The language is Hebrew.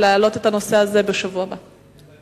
להעלות את הנושא הזה בשבוע הבא.